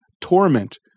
Torment